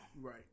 Right